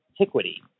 antiquity